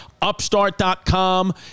Upstart.com